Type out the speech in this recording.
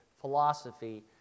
philosophy